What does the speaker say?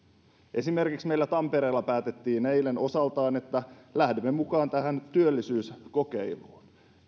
esimerkiksi meillä tampereella päätettiin eilen että lähdemme osaltamme mukaan tähän työllisyyskokeiluun